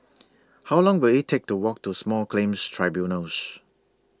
How Long Will IT Take to Walk to Small Claims Tribunals